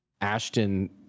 Ashton